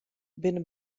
binne